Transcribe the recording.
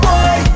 Boy